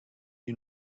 you